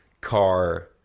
car